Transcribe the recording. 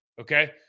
okay